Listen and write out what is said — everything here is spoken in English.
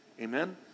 Amen